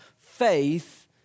faith